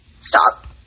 stop